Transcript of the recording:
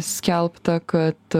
skelbta kad